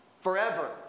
forever